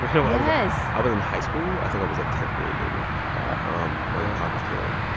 but know? um yes i was in high school. i think i was like tenth grade maybe um when pac was killed.